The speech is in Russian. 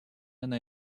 она